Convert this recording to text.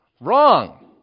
Wrong